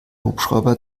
hubschrauber